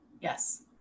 Yes